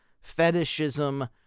fetishism